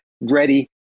ready